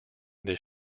this